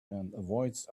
avoids